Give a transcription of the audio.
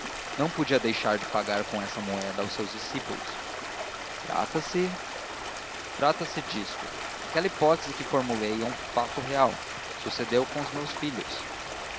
não podia deixar de pagar com essa moeda aos seus discípulos trata-se trata-se disto aquela hipótese que eu formulei é um fato real sucedeu com os meus filhos